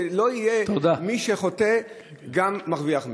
שלא יהיה מי שחוטא וגם מרוויח מזה.